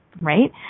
Right